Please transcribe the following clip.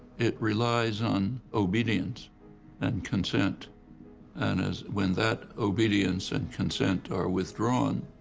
it relies on obedience and consent and as, when that obedience and consent are withdrawn,